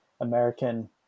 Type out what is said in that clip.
American